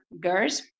girls